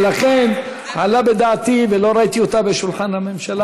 ולכן עלה בדעתי ולא ראיתי בשולחן הממשלה.